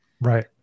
Right